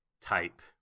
type